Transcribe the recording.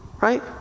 Right